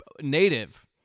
native